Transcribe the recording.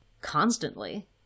constantly